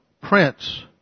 prince